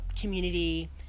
community